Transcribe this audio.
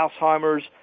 Alzheimer's